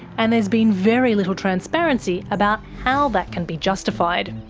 and there's been very little transparency about how that can be justified.